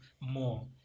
more